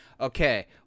okay